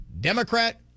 Democrat